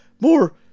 more